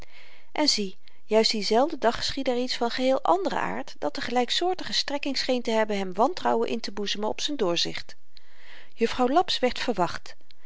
en zie juist dienzelfden dag geschiedde er iets van geheel anderen aard dat de gelyksoortige strekking scheen te hebben hem wantrouwen inteboezemen op z'n doorzicht juffrouw laps werd verwacht